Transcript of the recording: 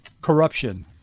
corruption